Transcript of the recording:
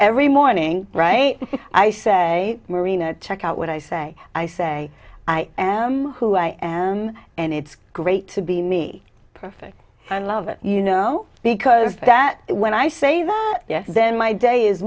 every morning right i say marina check out what i say i say i am who i am and it's great to be me perfect i love it you know because of that when i say that yes then my day is